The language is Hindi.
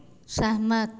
सहमत